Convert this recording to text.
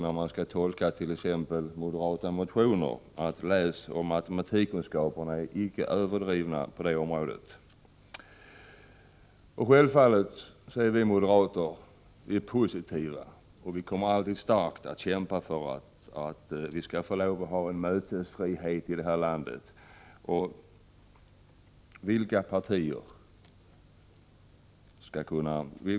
När t.ex. moderata motioner skall tolkas, ser vi att läsoch matematikkunskaperna icke är överdrivna. Vi moderater är självfallet positiva till — och kommer alltid att kämpa för — att vi skall ha mötesfrihet i det här landet.